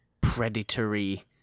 predatory